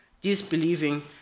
disbelieving